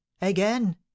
again